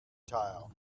tile